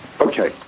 Okay